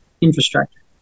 infrastructure